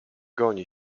goni